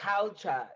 culture